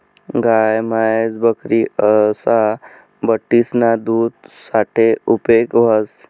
गाय, म्हैस, बकरी असा बठ्ठीसना दूध साठे उपेग व्हस